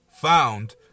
found